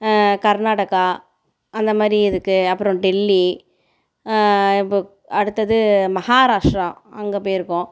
கர்நாடகா அந்த மாதிரி இதுக்கு அப்புறம் டெல்லி இப்போது அடுத்தது மகாராஷ்ட்ரா அங்கே போயிருக்கோம்